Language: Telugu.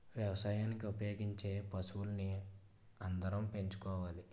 వ్యవసాయానికి ఉపయోగించే పశువుల్ని అందరం పెంచుకోవాలి